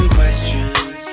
questions